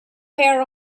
pair